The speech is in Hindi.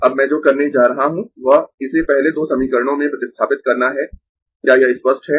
अब मैं जो करने जा रहा हूं वह इसे पहले दो समीकरणों में प्रतिस्थापित करना है क्या यह स्पष्ट है